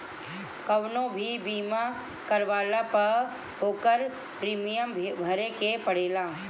कवनो भी बीमा करवला पअ ओकर प्रीमियम भरे के पड़ेला